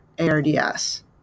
ARDS